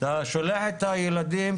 אתה שולח את הילדים,